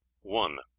one.